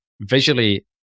visually